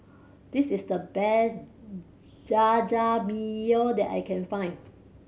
this is the best Jajangmyeon that I can find